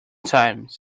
times